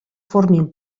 formin